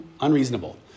unreasonable